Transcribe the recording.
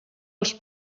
els